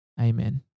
amen